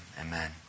Amen